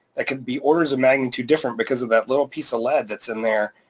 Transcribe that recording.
that could be orders of magnitude different because of that little piece of lead that's in there,